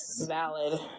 valid